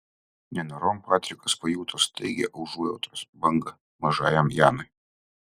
nenorom patrikas pajuto staigią užuojautos bangą mažajam janui